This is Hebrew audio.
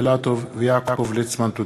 תודה.